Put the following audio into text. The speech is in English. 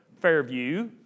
Fairview